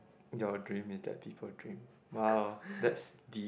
your dream is that people dream !wow! that's deep